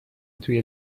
توی